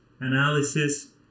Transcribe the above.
analysis